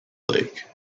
lake